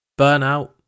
Burnout